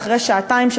אחרי נסיעה של שעתיים,